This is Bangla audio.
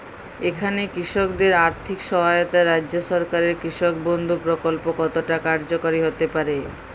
এখানে কৃষকদের আর্থিক সহায়তায় রাজ্য সরকারের কৃষক বন্ধু প্রক্ল্প কতটা কার্যকরী হতে পারে?